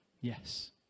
Yes